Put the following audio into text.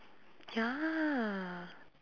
ya